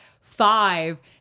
five